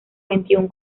veintiún